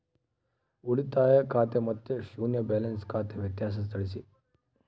ಉಳಿತಾಯ ಖಾತೆ ಮತ್ತೆ ಶೂನ್ಯ ಬ್ಯಾಲೆನ್ಸ್ ಖಾತೆ ವ್ಯತ್ಯಾಸ ತಿಳಿಸಿ?